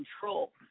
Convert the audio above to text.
control